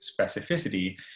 specificity